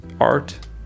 art